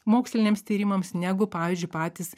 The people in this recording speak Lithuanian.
moksliniams tyrimams negu pavyzdžiui patys